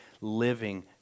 living